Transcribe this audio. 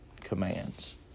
commands